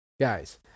guys